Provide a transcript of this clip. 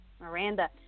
Miranda